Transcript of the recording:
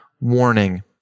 warning